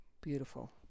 beautiful